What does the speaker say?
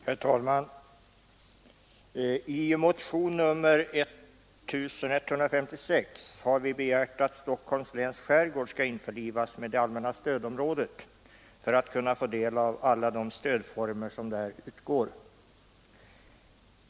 Herr talman! I motionen 1156 har vi begärt att Stockholms läns skärgård skall införlivas med det allmänna stödområdet för att kunna få del av alla de stödformer som där gäller.